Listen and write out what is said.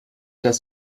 das